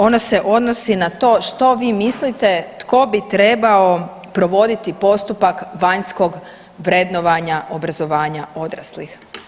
Ono se odnosi na to što vi mislite tko bi trebao provoditi postupak vanjskog vrednovanja obrazovanja odraslih?